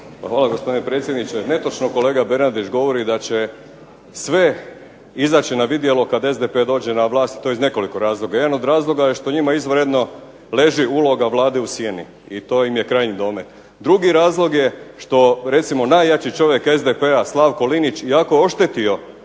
Hvala gospodine predsjedniče. Netočno kolega Bernardić govori da će sve izaći na vidjelo kad SDP dođe na vlast. To iz nekoliko razloga. Jedan od razloga je što njima izvanredno leži uloga Vlade u sjeni i to im je krajnji domet. Drugi razlog je što recimo najjači čovjek SDP-a Slavko Linić iako je oštetio